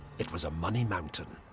it was a money mountain.